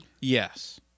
Yes